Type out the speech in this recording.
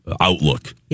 outlook